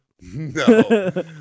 No